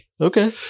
Okay